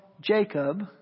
Jacob